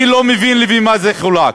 אני לא מבין לפי מה זה חולק,